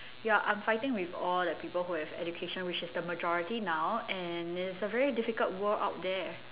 ya I'm fighting with all the people who have education which is the majority now and is a very difficult world out there